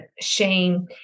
shame